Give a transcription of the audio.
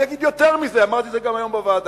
אני אגיד יותר מזה, ואמרתי את זה גם היום בוועדה.